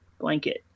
blanket